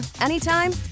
anytime